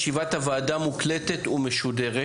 ישיבת הוועדה מוקלטת ומשודרת,